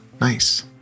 Nice